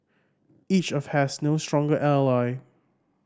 each of has no stronger ally